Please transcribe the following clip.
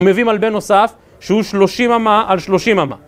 מביאים על בן נוסף שהוא שלושים אמה על שלושים אמה